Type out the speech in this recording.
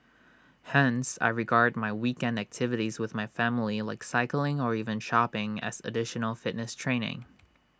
hence I regard my weekend activities with my family like cycling or even shopping as additional fitness training